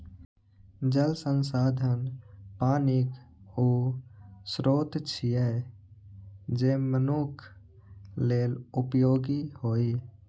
जल संसाधन पानिक ऊ स्रोत छियै, जे मनुक्ख लेल उपयोगी होइ